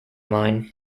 line